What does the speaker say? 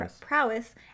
prowess